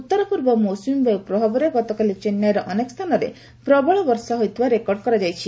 ଉତ୍ତର ପୂର୍ବ ମୌସୁମୀବାୟୁ ପ୍ରଭାବରେ ଗତକାଲି ଚେନ୍ନାଇର ଅନେକ ସ୍ଥାନରେ ପ୍ରବଳ ବର୍ଷା ହୋଇଥିବା ରେକର୍ଡ କରାଯାଇଛି